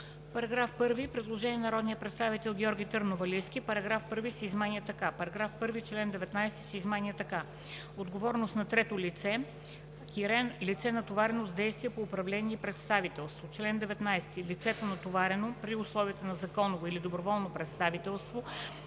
По § 1 има предложение от народния представител Георги Търновалийски: „§ 1 се изменя така: „§ 1. чл. 19 се изменя така: „Отговорност на трето лице – лице, натоварено с действия по управление и представителство Чл. 19. Лицето, натоварено, при условията на законово или доброволно представителство,